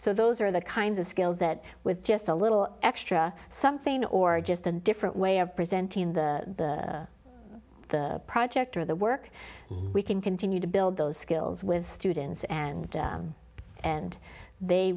so those are the kinds of skills that with just a little extra something or just a different way of presenting the the project or the work we can continue to build those skills with students and and they